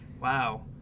Wow